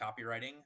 copywriting